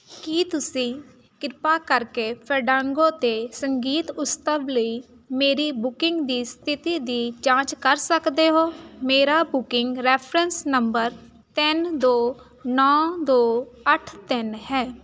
ਕੀ ਤੁਸੀਂ ਕਿਰਪਾ ਕਰਕੇ ਫੈਡਾਂਗੋ 'ਤੇ ਸੰਗੀਤ ਉਤਸਵ ਲਈ ਮੇਰੀ ਬੁਕਿੰਗ ਦੀ ਸਥਿਤੀ ਦੀ ਜਾਂਚ ਕਰ ਸਕਦੇ ਹੋ ਮੇਰਾ ਬੁਕਿੰਗ ਰੈਫਰੈਂਸ ਨੰਬਰ ਤਿੰਨ ਦੋ ਨੌਂ ਦੋ ਅੱਠ ਤਿੰਨ ਹੈ